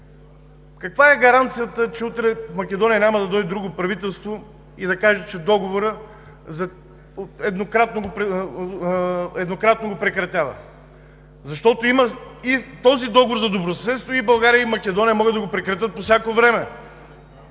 каква е гаранцията, че утре в Македония няма да дойде друго правителство и да каже, че прекратява еднократно Договора? Този Договор за добросъседство и България, и Македония могат да го прекратят по всяко време.